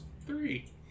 Three